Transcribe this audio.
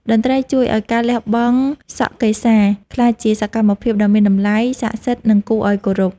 តន្ត្រីជួយឱ្យការលះបង់សក់កេសា ក្លាយជាសកម្មភាពដ៏មានតម្លៃ សក្ដិសិទ្ធិ និងគួរឱ្យគោរព។